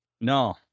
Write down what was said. No